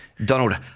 Donald